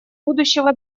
будущего